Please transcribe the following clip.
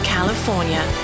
California